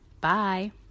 Bye